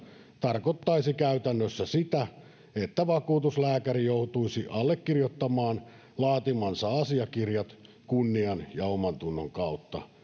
tarkoittaisi käytännössä sitä että vakuutuslääkäri joutuisi allekirjoittamaan laatimansa asiakirjat kunnian ja omantunnon kautta